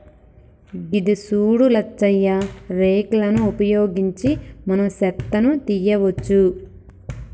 గిది సూడు లచ్చయ్య రేక్ లను ఉపయోగించి మనం సెత్తను తీయవచ్చు